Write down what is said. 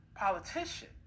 politician